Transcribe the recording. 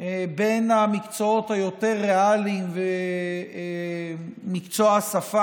בין המקצועות היותר-ריאליים ומקצוע השפה